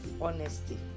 honesty